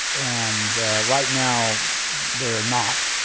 and right now they're not,